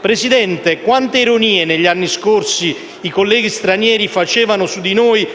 Presidente, quante ironie negli anni scorsi i colleghi stranieri facevano su di noi